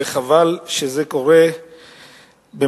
וחבל שזה קורה במדינתנו.